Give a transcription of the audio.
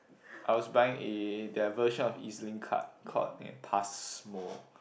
I was buying eh their version of E_Z-Link card called a Pasmo